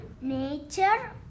nature